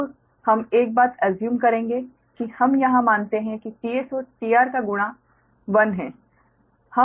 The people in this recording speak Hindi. अब हम एक बात अस्यूम करेंगे कि हम यहाँ मानते हैं कि t s और t R का गुणा 1 है